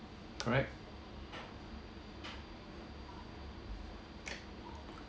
correct